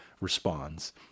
responds